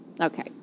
Okay